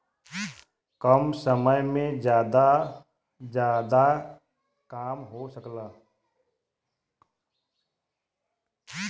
कम समय में जादा काम हो सकला